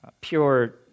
pure